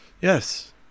yes